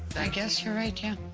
i guess you're right, yeah.